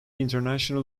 international